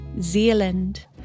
Zealand